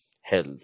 Health